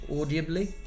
audibly